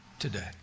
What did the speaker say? today